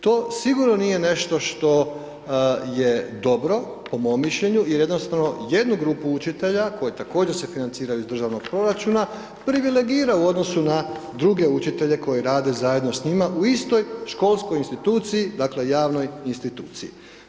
To sigurno nije nešto što je dobro, po mom mišljenju, jer jednostavno jednu grupu učitelja koji također se financiraju iz državnog proračuna, privilegira u odnosu na druge učitelje koji rade zajedno s njima u istoj školskoj instituciji, dakle, javnoj instituciji.